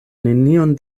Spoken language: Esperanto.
nenion